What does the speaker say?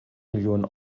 millionen